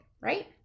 right